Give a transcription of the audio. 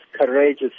courageous